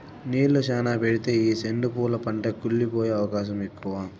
నీళ్ళు శ్యానా పెడితే ఈ సెండు పూల పంట కుళ్లి పోయే అవకాశం ఎక్కువ